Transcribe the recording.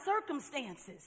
circumstances